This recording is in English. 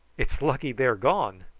it's lucky they are gone.